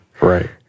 Right